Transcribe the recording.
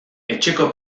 etxeko